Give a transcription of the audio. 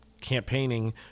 campaigning